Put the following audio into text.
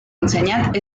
ensenyat